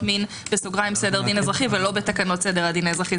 מין (סדר דין אזרחי) ולא בתקנות סדר הדין האזרחי?